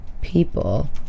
people